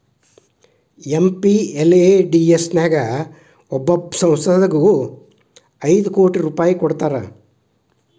MPLADS ನ್ಯಾಗ ಒಬ್ಬೊಬ್ಬ ಸಂಸದಗು ಐದು ಕೋಟಿ ರೂಪಾಯ್ ಕೊಡ್ತಾರಾ